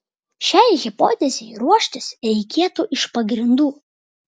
šiai hipotezei ruoštis reikėtų iš pagrindų